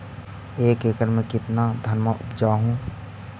एक एकड़ मे कितना धनमा उपजा हू?